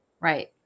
Right